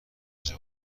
زجر